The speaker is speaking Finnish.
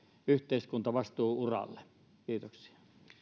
yhteiskuntavastuu uralle kiitoksia